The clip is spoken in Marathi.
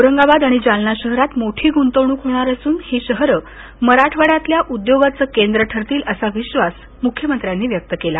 औरंगाबाद आणि जालना शहरांत मोठी गुंतवणूक होणार असून ही शहरं मराठवाङ्यातल्या उद्योगाचं केंद्र ठरतील अस विश्वास त्यांनी व्यक्त केला